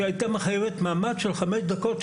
שהייתה מחייבת מאמץ של חמש דקות,